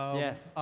yes,